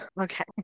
Okay